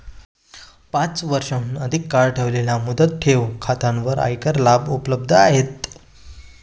पाच वर्षांहून अधिक काळ ठेवलेल्या मुदत ठेव खात्यांवर आयकर लाभ उपलब्ध आहेत